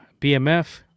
BMF